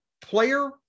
player